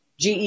GE